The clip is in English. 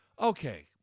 okay